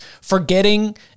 forgetting